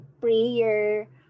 prayer